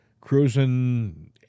cruising